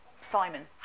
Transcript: Simon